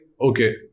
okay